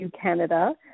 Canada